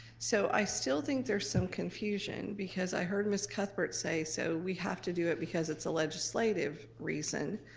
so i still think there's some confusion because i heard miss cuthbert say so we have to do it because it's a legislative reason.